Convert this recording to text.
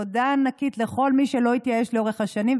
תודה ענקית לכל מי שלא התייאש לאורך השנים,